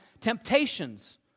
temptations